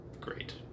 great